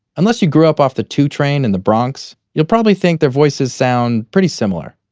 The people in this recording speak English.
unless you grew up off the two train in the bronx, you'll probably think their voices sound pretty similar.